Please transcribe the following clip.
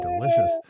delicious